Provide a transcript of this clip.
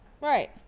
Right